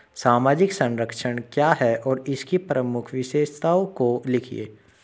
सामाजिक संरक्षण क्या है और इसकी प्रमुख विशेषताओं को लिखिए?